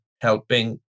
helping